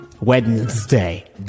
Wednesday